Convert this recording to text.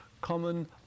common